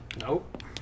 Nope